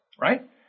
right